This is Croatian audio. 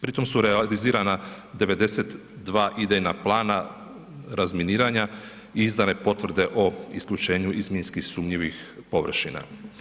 Pri tom su realizirana 92 idejna plana razminiranja, izdane potvrde o isključenju iz minski sumnjivih površina.